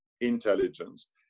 intelligence